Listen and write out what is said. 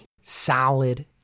solid